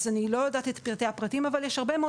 אני לא יודעת את פרטי הפרטים אבל יש הרבה מאוד